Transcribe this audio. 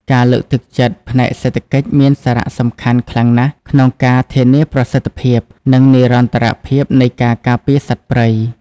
ការលើកទឹកចិត្តផ្នែកសេដ្ឋកិច្ចមានសារៈសំខាន់ខ្លាំងណាស់ក្នុងការធានាប្រសិទ្ធភាព និងនិរន្តរភាពនៃការការពារសត្វព្រៃ។